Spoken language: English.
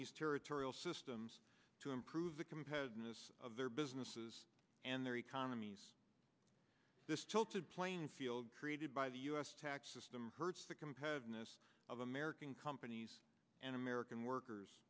these territorial systems to improve the competitiveness of their businesses and their economies this tilted playing field created by the us tax system hurts the competitiveness of american companies and american workers